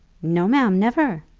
no, ma'am, never.